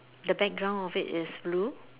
the background of it is blue